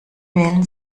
wählen